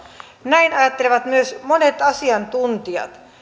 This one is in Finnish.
näin ajattelevat myös monet asiantuntijat